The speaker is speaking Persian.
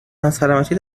ناسلامتی